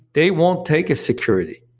they won't take a security.